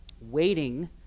waiting